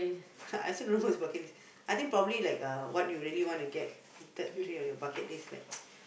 ha I also don't know what is bucket list I think probably like what you really want to get top three on your bucket list like